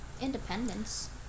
independence